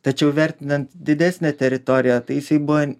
tačiau vertinant didesnę teritoriją tai jisai buvo